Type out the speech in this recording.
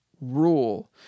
rule